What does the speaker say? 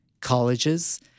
colleges